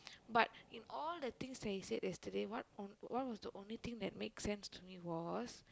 but in all the things he say yesterday what what was the only thing that make sense to me was